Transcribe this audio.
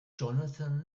johnathan